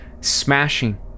smashing